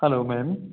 hello ma'am